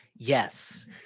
Yes